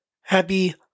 happy